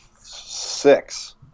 six